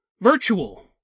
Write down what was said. virtual